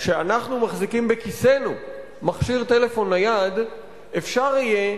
שאנחנו מחזיקים בכיסנו מכשיר טלפון נייד אפשר יהיה,